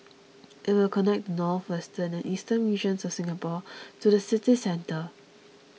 it will connect the northwestern and eastern regions of Singapore to the city centre